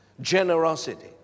generosity